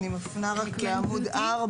אני מפנה לעמוד 4,